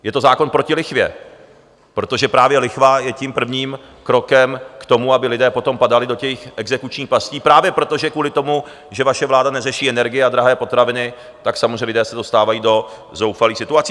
Je to zákon proti lichvě, protože právě lichva je tím prvním krokem k tomu, aby lidé potom padali do těch exekučních pastí právě proto, že kvůli tomu, že vaše vláda neřeší drahé energie a drahé potraviny, tak samozřejmě lidé se dostávají do zoufalých situaci.